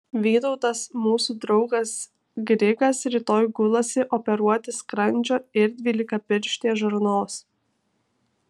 vytautas mūsų draugas grigas rytoj gulasi operuoti skrandžio ir dvylikapirštės žarnos